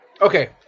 Okay